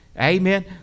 Amen